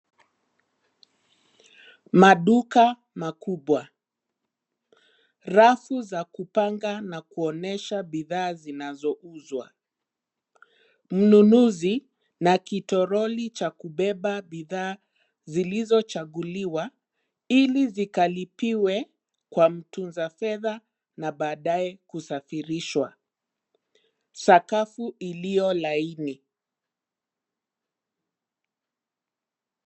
Maduka makubwa, rafu za kupanga na kuonyesha bidhaa zinazouzwa, mnunuzi, na kitoroli cha kubeba bidhaa, zilizochaguliwa, ili zikalipiwe, kwa mtunza fedha na baadaye kusafirishwa, sakafu iliyo laini.